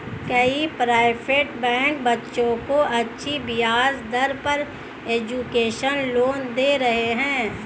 कई private bank बच्चों को अच्छी ब्याज दर पर एजुकेशन लोन दे रहे है